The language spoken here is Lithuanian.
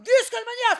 viskas ant manęs